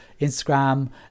Instagram